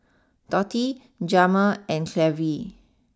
Dotty Jamir and Clevie